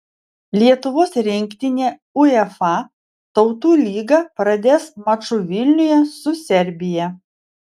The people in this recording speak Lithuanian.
lietuvos rinktinė uefa tautų lygą pradės maču vilniuje su serbija